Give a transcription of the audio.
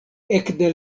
ekde